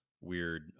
weird